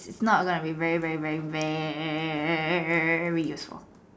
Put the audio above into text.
not like it will be very very very very useful